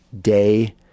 day